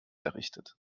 errichtet